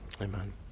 Amen